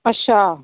अच्छा